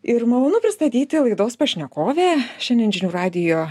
ir malonu pristatyti laidos pašnekovę šiandien žinių radijo